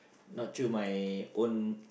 not through my own